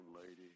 lady